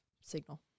signal